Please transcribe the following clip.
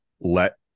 let